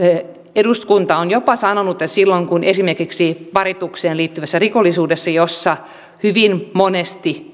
eduskunta on jopa sanonut että esimerkiksi paritukseen liittyvä rikollisuus jossa jossa hyvin monesti